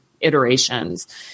iterations